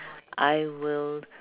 I will